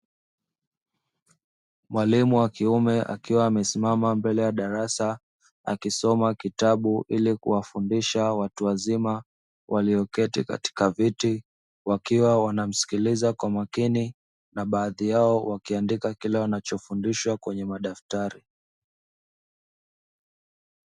Mwalimu wa kiume akiwa amesimama mbele ya darasa, akisoma kitabu ili kuwafundisha watu wazima walioketi katika viti, wakiwa wanamsikiliza kwa makini na baadhi yao wakiandika kile wanachofundishwa kwenye madaftari.